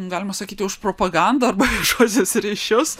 galima sakyti už propagandą arba viešuosius ryšius